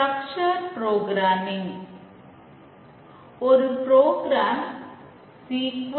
structure programming